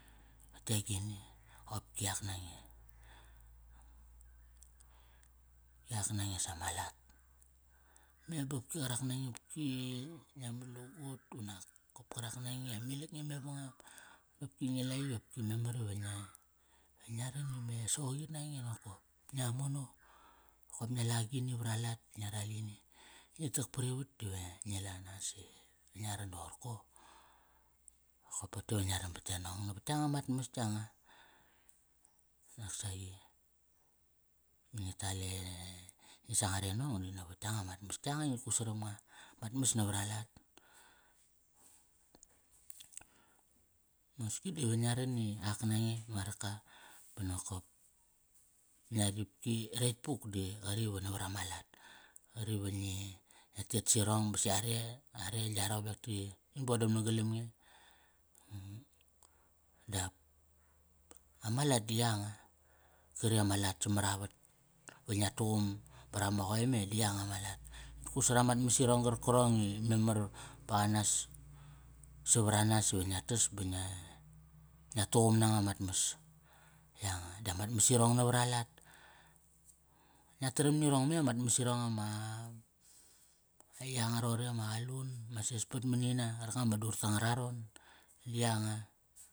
Tote agini, qopki ak nange. Ki ak nange sama lat. Me bopki qarak nange opki ngia mat lugut unak kop karak nange amilka nge mevangam dopki ngi la i opki memar ive ngia, ve ngia ran ime soqit nange nokop. Ngia mono, nokop ngia la agini vara lat, ngia ral ini. Ngi tak parivat dive ngi la nas i ve ngia ran doqorko? Nokop pa ote va ngia ran bat e nong vavat yanga mat mas yanga. Noksaqi ngi tal e, ngi sangar e nong di navat yanga mat mas yanga i ngit kut saram nga. Mat mas navara lat, mosngi diva ngia ran i ak nange ma raka. Ba nokop ngia ripki retk put di qari va navara ma lat. Qar va ngi nga tet sirong baso are, are gia rowek ti rin bodam. nagalam nge Dap ama lat di yanga, kri ama lat samara vat. Va ngiat tuqum para ma qoe me di yanga ma lat. Ngit kut sara mat mas irong i memar baqanas, savaranas iva ngia tas ba ngia, ngia tuqum nanga mat mas. Yanga, damat mas irong navara lat, ngia taram nirong me amat mas irong ama, ai yanga roqori ama qalun, ma sespat manina qarkanga ma dur ta ngararon, di yanga.